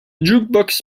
jukebox